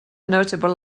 notable